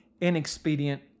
inexpedient